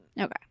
Okay